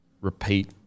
repeat